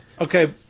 Okay